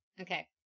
Okay